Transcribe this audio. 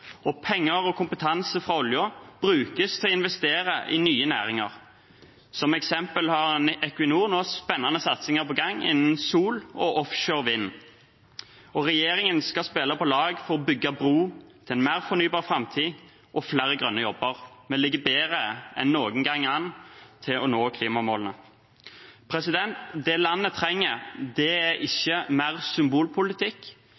og penger og kompetanse fra oljen brukes til å investere i nye næringer. Som eksempel har Equinor nå spennende satsinger på gang innen sol og offshore vind. Regjeringen skal spille på lag for å bygge bro til en mer fornybar framtid og flere grønne jobber. Vi ligger bedre an enn noen gang til å nå klimamålene. Det landet trenger, er